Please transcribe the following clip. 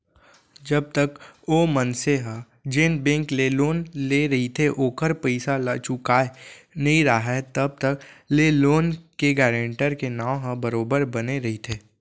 जब तक ओ मनसे ह जेन बेंक ले लोन लेय रहिथे ओखर पइसा ल चुकाय नइ राहय तब तक ले लोन के गारेंटर के नांव ह बरोबर बने रहिथे